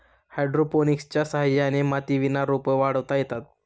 हायड्रोपोनिक्सच्या सहाय्याने मातीविना रोपं वाढवता येतात